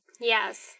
Yes